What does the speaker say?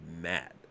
mad